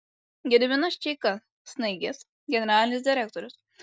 gediminas čeika snaigės generalinis direktorius